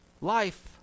Life